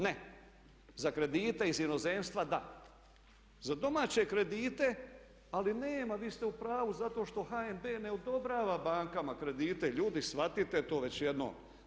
Ne, za kredite iz inozemstva da, za domaće kredite ali nema vi ste u pravu zato što HNB ne odobrava bankama kredite, ljudi shvatite to već jednom.